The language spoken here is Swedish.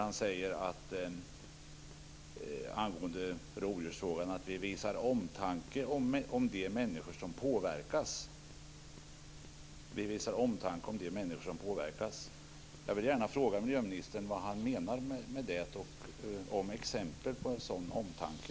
Han säger angående rovdjursfrågan att "vi visar omtanke om de människor som påverkas". Jag vill gärna fråga miljöministern vad han menar med det och om han kan ge exempel på en sådan omtanke.